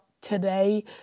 today